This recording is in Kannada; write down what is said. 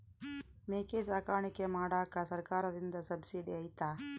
ಮೇಕೆ ಸಾಕಾಣಿಕೆ ಮಾಡಾಕ ಸರ್ಕಾರದಿಂದ ಸಬ್ಸಿಡಿ ಐತಾ?